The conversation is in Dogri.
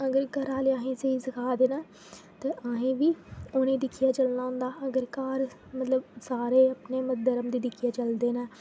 अगर घरा आह्ले अहें ई स्हेई सखाऽ दे न ते अहें बी उ'नें ई दिक्खियै चलना होंदा अगर घर मतलब सारे अपने धर्म गी दिक्खियै चलदे न